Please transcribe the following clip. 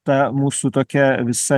ta mūsų tokia visa